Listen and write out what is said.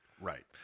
Right